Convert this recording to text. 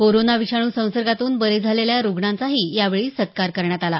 corona विषाणू संसर्गातून बरे झालेल्या रुग्णांचाही यावेळी सत्कार करण्यात आला